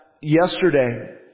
yesterday